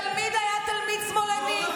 והתלמיד היה תלמיד שמאלני,